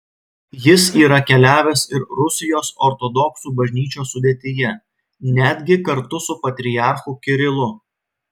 jis yra keliavęs ir rusijos ortodoksų bažnyčios sudėtyje netgi kartu su patriarchu kirilu